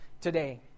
today